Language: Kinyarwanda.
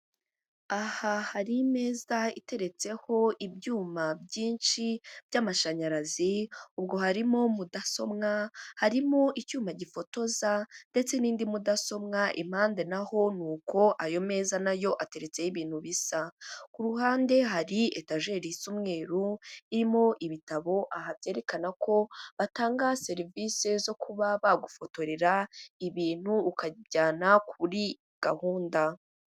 Aha hari imeza iteretseho ibyuma byinshi by'amashanyarazi, ubwo harimo mudasomwa, harimo icyuma gifotoza, ndetse n'indi mudasomwa, impande na ho ni uko, ayo meza na yo ateretseho ibintu bisa. Ku ruhande hari etageri isa umweru irimo ibitabo aha byerekana ko batanga serivise zo kuba bagufotorera ibintu ukabijyana kuri gahunda.